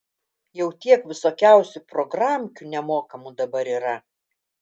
jau tiek visokiausių programkių nemokamų dabar yra